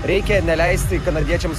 reikia neleisti kanadiečiams